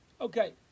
Okay